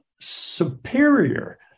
superior